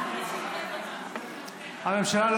הממשלה לא,